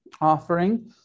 offering